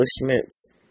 accomplishments